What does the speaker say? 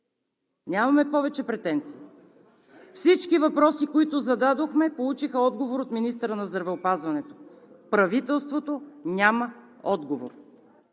Нямаме повече претенции. Всички въпроси, които зададохме, получиха отговор от министъра на здравеопазването. Правителството няма отговор.